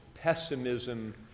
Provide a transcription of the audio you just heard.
pessimism